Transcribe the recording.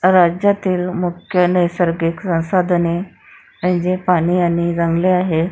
राज्यातील मुख्य नैसर्गिक संसाधने म्हणजे पाणी आणि जंगले आहे